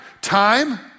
time